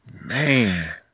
Man